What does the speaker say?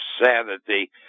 insanity